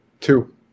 Two